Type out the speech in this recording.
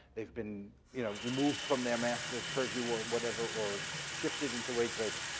they've been you know removed from their master's purview or whatever, or shifted into wage labor.